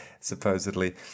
supposedly